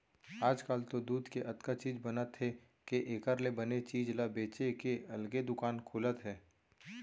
आजकाल तो दूद के अतका चीज बनत हे के एकर ले बने चीज ल बेचे के अलगे दुकान खुलत हे